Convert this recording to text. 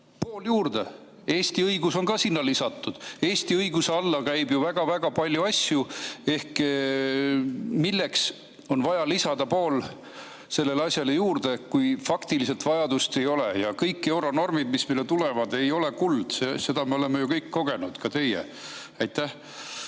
pool juurde, Eesti õigus on ka sinna lisatud. Eesti õiguse alla käib ju väga-väga palju asju. Milleks on vaja lisada pool sellele asjale juurde, kui faktiliselt seda vajadust ei ole? Kõik euronormid, mis meile tulevad, ei ole kuld, seda me oleme ju kõik kogenud, ka teie. Aitäh,